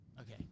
Okay